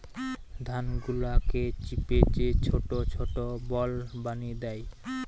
ধান গুলাকে চিপে যে ছোট ছোট বল বানি দ্যায়